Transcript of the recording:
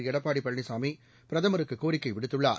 எடப்பாடி பழனிசாமி பிரதமருக்கு கோரிக்கை விடுத்துள்ளார்